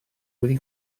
wedi